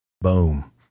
Boom